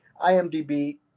IMDb